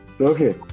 Okay